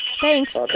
Thanks